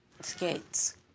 Skates